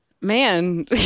Man